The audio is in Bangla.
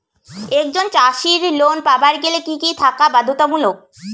একজন চাষীর লোন পাবার গেলে কি কি থাকা বাধ্যতামূলক?